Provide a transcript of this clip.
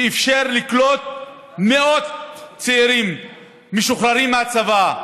שאִפשר לקלוט מאות צעירים משוחררים מהצבא,